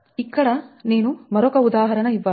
ఇక్కడ నేను మరొక ఉదాహరణ ఇవ్వాలి